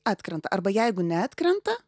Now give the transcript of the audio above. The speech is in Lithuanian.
atkrenta arba jeigu neatkrenta